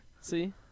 See